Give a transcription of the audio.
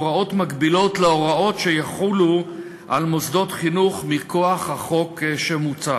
הוראות מקבילות להוראות שיוחלו על מוסדות חינוך מכוח החוק המוצע.